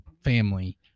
family—